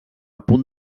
punt